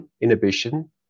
inhibition